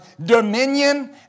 dominion